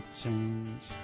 change